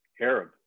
Arab